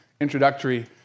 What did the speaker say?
introductory